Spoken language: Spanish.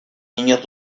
niños